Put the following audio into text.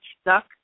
stuck